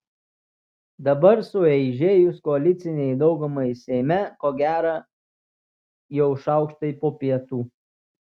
dabar sueižėjus koalicinei daugumai seime ko gera jau šaukštai po pietų